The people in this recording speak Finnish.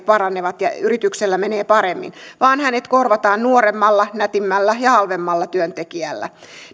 paranevat ja yrityksellä menee paremmin vaan hänet korvataan nuoremmalla nätimmällä ja halvemmalla työntekijällä